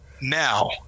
now